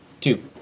Two